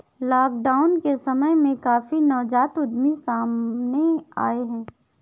lockdown के समय में काफी नवजात उद्यमी सामने आए हैं